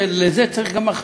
לזה צריך גם הכנה,